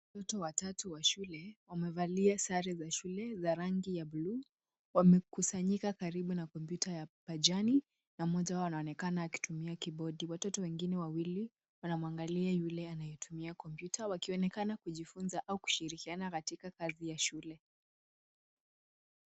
Watoto watatu wa shule wamevalia sare za shule za rangi ya buluu. Wamekusanyika karibu na kompyuta ya majani na mmoja wao anaonekana akitumia kibodi. Watoto wengine wawili wanamwangalia yule anayetumia kompyuta wakionekana kujifunza au kushirikiana katika kazi ya shule.